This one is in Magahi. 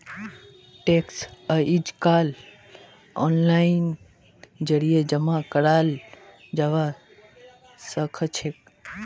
टैक्स अइजकाल ओनलाइनेर जरिए जमा कराल जबा सखछेक